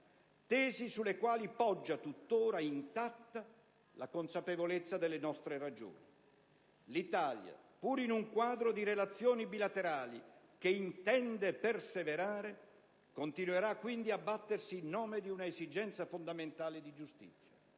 Tesi sulle quali poggia, tuttora intatta, la consapevolezza delle nostre ragioni. L'Italia - pur in un quadro di relazioni bilaterali che intende preservare - continuerà quindi a battersi in nome di un'esigenza fondamentale di giustizia.